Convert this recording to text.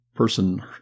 person